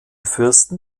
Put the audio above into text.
fürsten